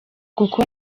kuko